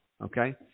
Okay